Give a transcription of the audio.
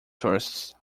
tourists